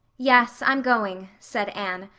yes, i'm going, said anne.